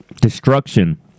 destruction